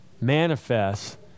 manifest